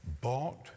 bought